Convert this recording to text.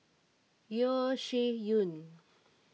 Yeo Shih Yun